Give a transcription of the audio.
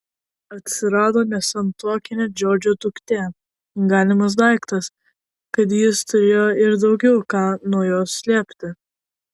atsirado nesantuokinė džordžo duktė galimas daiktas kad jis turėjo ir daugiau ką nuo jos slėpti